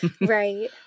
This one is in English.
Right